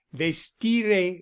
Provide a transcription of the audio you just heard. vestire